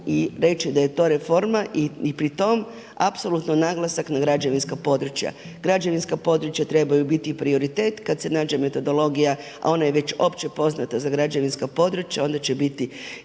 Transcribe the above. i reći da je to reforma i pritom apsolutno naglasak na građevinska područja. Građevinska područja trebaju biti prioritet kad se nađe metodologija, a ona je već općepoznata za građevinska područja, onda će biti